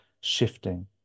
shifting